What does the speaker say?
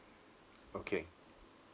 okay